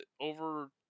over